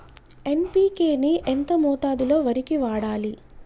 NPK ని ఎంత మోతాదులో వరికి వాడాలి?